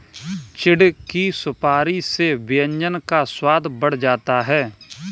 चिढ़ की सुपारी से व्यंजन का स्वाद बढ़ जाता है